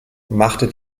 machte